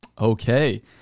Okay